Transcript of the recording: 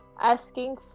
asking